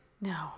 No